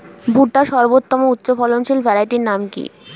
ভুট্টার সর্বোত্তম উচ্চফলনশীল ভ্যারাইটির নাম কি?